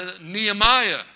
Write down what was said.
Nehemiah